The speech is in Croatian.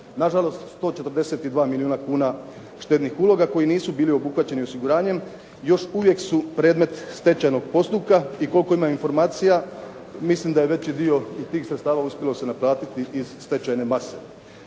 Nažalost 142 milijuna kuna štednih uloga koji nisu bili obuhvaćeni osiguranjem još uvijek su predmet stečajnog postupka i koliko imam informacija mislim da je veći dio tih sredstava uspjelo se naplatiti iz stečajne mase.